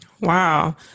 Wow